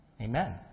Amen